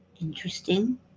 Interesting